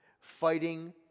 Fighting